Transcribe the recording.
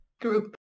group